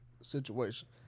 situation